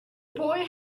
boy